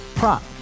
Prop